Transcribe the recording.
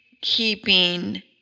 keeping